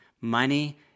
Money